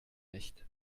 nicht